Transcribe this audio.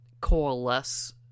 coalesce